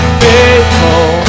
faithful